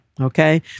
Okay